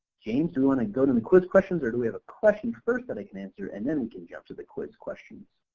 james do we want to go to the quiz questions or do we have a question first that i can answer and then we can jump to the quiz questions?